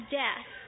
death